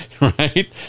right